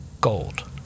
Gold